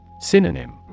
Synonym